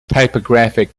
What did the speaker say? typographic